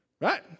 Right